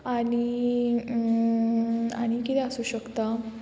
आनी आनी किदें आसूं शकता